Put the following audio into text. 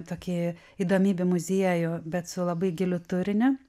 tokį įdomybių muziejų bet su labai giliu turiniu